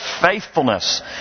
faithfulness